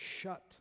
shut